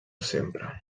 sempre